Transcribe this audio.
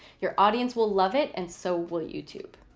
your audience will love it and so will youtube.